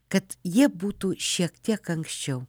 kad jie būtų šiek tiek anksčiau